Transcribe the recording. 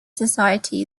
society